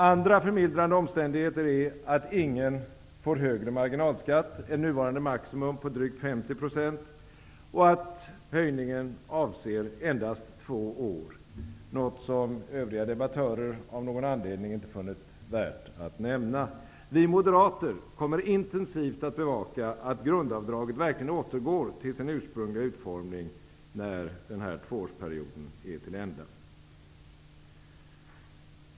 Andra förmildrande omständigheter är att ingen får högre marginalskatt än nuvarande maximum på drygt 50 % och att höjningen avser endast två år, något som övriga debattörer av någon anledning inte har funnit värt att nämna. Vi moderater kommer intensivt att bevaka att grundavdraget verkligen återgår till sin ursprungliga utformning, när denna tvåårsperiod är till ända.